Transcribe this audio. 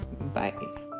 bye